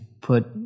put